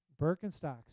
Birkenstocks